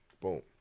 Boom